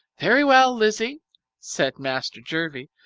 very well, lizzie said master jervie,